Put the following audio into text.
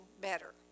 better